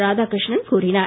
ராதாகிருஷ்ணன் கூறினார்